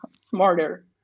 smarter